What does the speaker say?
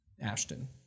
Ashton